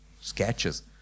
sketches